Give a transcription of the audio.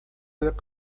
jak